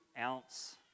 ounce